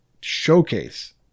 showcase